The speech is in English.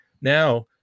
now